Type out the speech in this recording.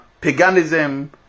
paganism